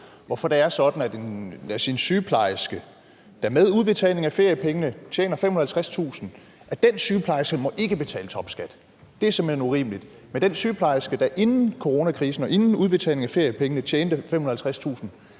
hvorfor det er sådan, at en, lad os sige sygeplejerske, der med udbetaling af feriepengene tjener 550.000 kr., ikke må betale topskat. Det er simpelt hen urimeligt. Men den sygeplejerske, der inden coronakrisen og inden udbetaling af feriepengene tjente 550.000 kr.,